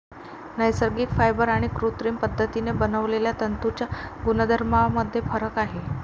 नैसर्गिक फायबर आणि कृत्रिम पद्धतीने बनवलेल्या तंतूंच्या गुणधर्मांमध्ये फरक आहे